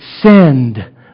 send